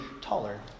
taller